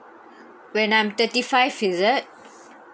when I'm thirty five is it